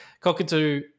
Cockatoo